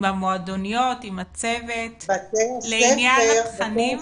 עם המועדוניות, עם הצוות לעניין התכנים?